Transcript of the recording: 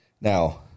Now